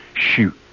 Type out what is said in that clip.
shoot